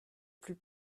plus